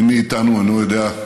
מי מאיתנו אינו יודע,